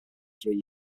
three